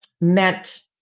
meant